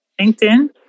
LinkedIn